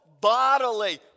bodily